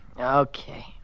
Okay